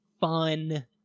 fun